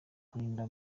kwirinda